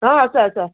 ह आसा आसा